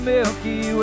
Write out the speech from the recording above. Milky